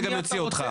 אני גם אוציא אותך.